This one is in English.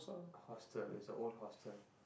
hostel it's a old hostel